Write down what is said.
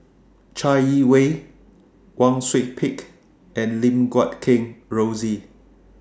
Chai Yee Wei Wang Sui Pick and Lim Guat Kheng Rosie